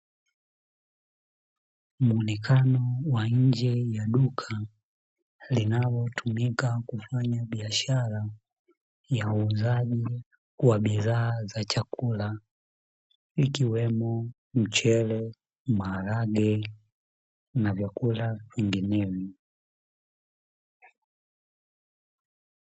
Mwonekano wa nje ya duka linalotumika kufanya biashara ya uuzaji wa bidhaa za chakula ikiwemo mchele, maharage na vyakula vinginevyo.